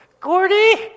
Gordy